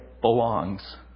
belongs